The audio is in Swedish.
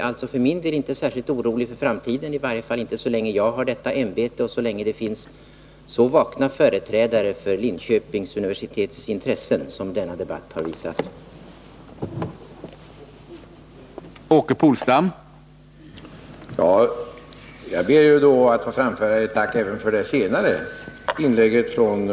Jag är för min del inte särskilt orolig för framtiden, i varje fall inte så länge jag innehar detta ämbete och så länge det finns så vakna företrädare för Linköpings universitets intressen som denna debatt har visat att det finns.